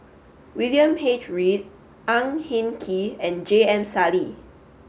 William H Read Ang Hin Kee and J M Sali